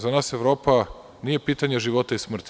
Za nas Evropa nije pitanje života i smrti.